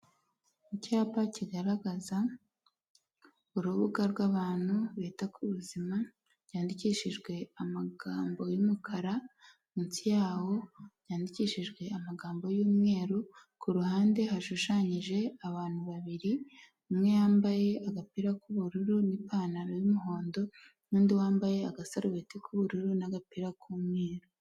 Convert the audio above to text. Icyapa kigaragaza urubuga rw'abantu bita ku buzima byandikishijwe amagambo y'umukara, munsi yawo yandikishijwe amagambo y'umweru ku ruhande hashushanyije abantu babiri umwe yambaye agapira k'ubururu n'ipantaro yumuhondo, nundi wambaye agasarubeti k'ubururu n'agapira k'umweru.